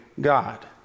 God